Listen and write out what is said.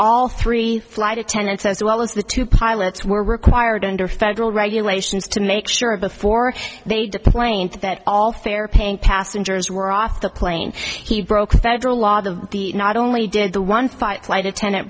all three flight attendants as well as the two pilots were required under federal regulations to make sure before they deplaned that all fare paying passengers were off the plane he broke several law the not only did the one fight flight attendant